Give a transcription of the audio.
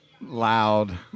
loud